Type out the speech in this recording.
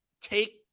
take